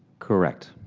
correct,